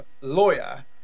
lawyer